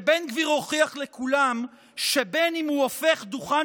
שבן גביר הוכיח לכולם שבין שהוא הופך דוכן